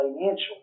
financial